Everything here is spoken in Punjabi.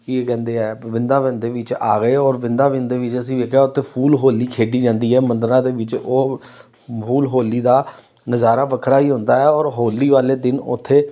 ਕੀ ਕਹਿੰਦੇ ਆ ਵ੍ਰਿੰਦਾਵਨ ਵਿੱਚ ਆ ਗਏ ਔਰ ਵ੍ਰਿੰਦਾਵਨ ਵਿੱਚ ਅਸੀਂ ਵੇਖਿਆ ਉੱਥੇ ਫੁੱਲ ਹੋਲੀ ਖੇਡੀ ਜਾਂਦੀ ਹੈ ਮੰਦਰਾਂ ਦੇ ਵਿੱਚ ਉਹ ਫੁੱਲ ਹੋਲੀ ਦਾ ਨਜ਼ਾਰਾ ਵੱਖਰਾ ਹੀ ਹੁੰਦਾ ਹੈ ਔਰ ਹੋਲੀ ਵਾਲੇ ਦਿਨ ਉੱਥੇ